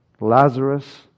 Lazarus